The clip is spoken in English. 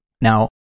Now